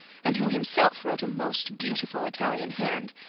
and who himself wrote a most beautiful italian hand,